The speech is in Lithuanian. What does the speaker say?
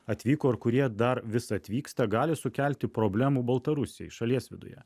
atvyko ir kurie dar vis atvyksta gali sukelti problemų baltarusijai šalies viduje